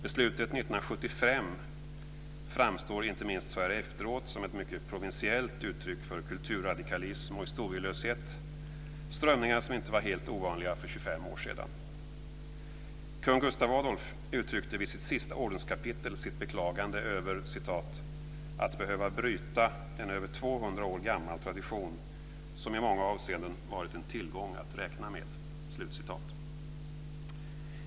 Beslutet 1975 framstår inte minst så här efteråt som ett mycket provinsiellt uttryck för kulturradikalism och historielöshet, strömningar som inte var helt ovanliga för 25 år sedan. Kung Gustav Adolf uttryckte vid sitt sista ordenskapitel sitt beklagande över "att behöva bryta en över 200 år gammal tradition, som i många avseenden varit en tillgång att räkna med".